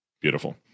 Beautiful